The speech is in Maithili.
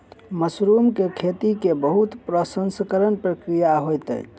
मशरूम के खेती के बहुत प्रसंस्करण प्रक्रिया होइत अछि